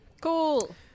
Cool